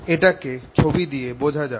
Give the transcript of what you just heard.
এটাকে ছবি দিয়ে বোঝা যাক